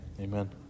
Amen